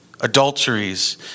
adulteries